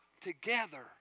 together